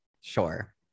Sure